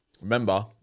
Remember